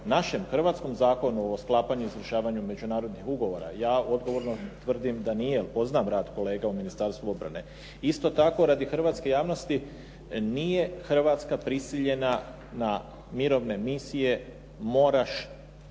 našem hrvatskom Zakonu o sklapanju i izvršavanju međunarodnih ugovora. Ja odgovorno tvrdim da nije jer poznam rad kolega u Ministarstvu obrane. Isto tako, radi hrvatske javnosti, nije Hrvatska prisiljena na mirovne misije, moraš